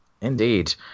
Indeed